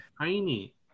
tiny